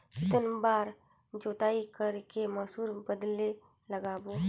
कितन बार जोताई कर के मसूर बदले लगाबो?